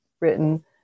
written